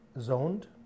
zoned